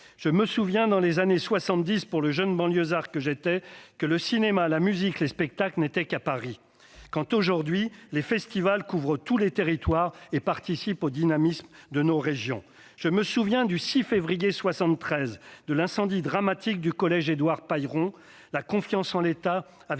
Je me souviens que, dans les années 1970, pour le jeune banlieusard que j'étais, le cinéma, la musique, les spectacles n'étaient qu'à Paris, alors qu'aujourd'hui les festivals couvrent tous les territoires et participent au dynamisme de nos régions. Je me souviens du 6 février 1973, date de l'incendie dramatique du collège Édouard-Pailleron, à Paris. La confiance envers l'État avait